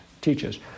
teaches